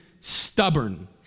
stubborn